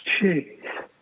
Jeez